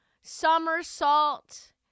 somersault